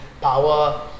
power